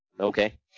okay